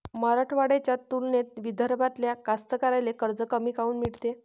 मराठवाड्याच्या तुलनेत विदर्भातल्या कास्तकाराइले कर्ज कमी काऊन मिळते?